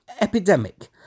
epidemic